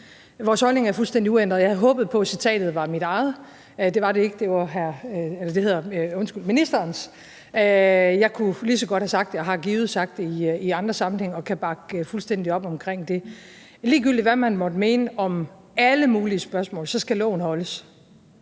Vores holdning er fuldstændig uændret. Jeg havde håbet på, at citatet var mit eget, men det var det ikke – det var ministerens – men jeg kunne lige så godt have sagt det og har givet sagt det i andre sammenhænge og kan bakke fuldstændig op om det. Ligegyldigt hvad man måtte mene om alle mulige spørgsmål, skal loven holdes,